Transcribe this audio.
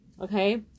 Okay